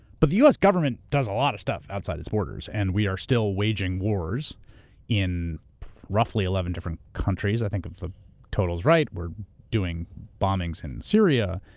but the u. s. government does a lot of stuff outside its borders. and we are still waging wars in roughly eleven different countries, i think, if the total is right. we're doing bombings in syria,